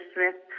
Smith